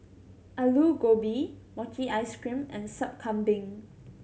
Aloo Gobi mochi ice cream and Sup Kambing